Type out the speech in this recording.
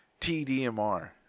tdmr